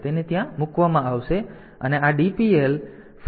તેથી તેને ત્યાં મુકવામાં આવશે અને આ DPL છે